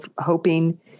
hoping